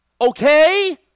okay